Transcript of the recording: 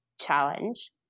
challenge